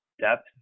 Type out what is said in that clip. depth